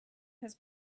his